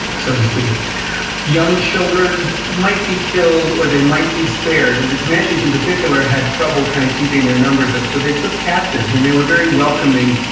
so to speak young children might be killed, or they might be spared. and the comanches in particular had trouble kind of keeping their numbers up, so they took captives, and they were very welcoming.